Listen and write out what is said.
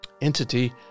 entity